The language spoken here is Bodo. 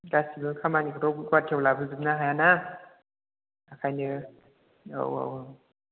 गासैबो खामानिखौथ' बाथ्रायाव लाबोजोबनो हायाना ओंखायनो औ औ औ